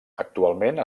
actualment